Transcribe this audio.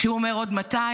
כשהוא אומר: עוד 200,